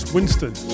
Winston